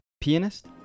pianist